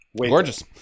Gorgeous